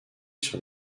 sur